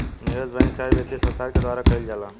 निवेश बैंक चाहे वित्तीय संस्थान के द्वारा कईल जाला